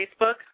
Facebook